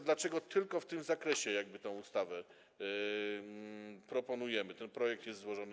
Dlaczego tylko w tym zakresie tę ustawę proponujemy, ten projekt jest złożony?